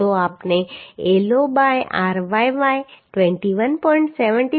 તો આપણે L0 by ryy 21